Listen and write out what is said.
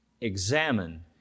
Examine